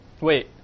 Wait